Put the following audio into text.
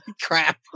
Crap